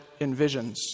envisions